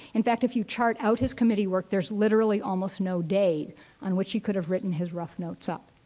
in fact, if you chart out his committee work, there's literally almost no day on which he could have written his rough notes up.